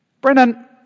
Brennan